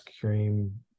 cream